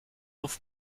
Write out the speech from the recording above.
off